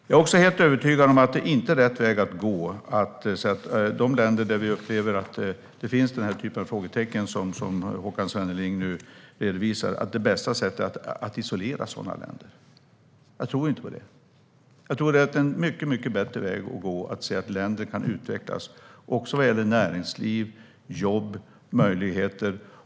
Jag är helt övertygad om att det inte är rätt väg att gå att isolera länder där det finns den typ av frågetecken som Håkan Svenneling nu redovisar. Det är inte bästa sättet. Jag tror inte på det. Jag tror att en mycket bättre väg att gå är att se att länder kan utvecklas - också vad gäller näringsliv, jobb och sådana möjligheter.